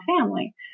family